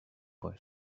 boy